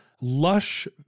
lush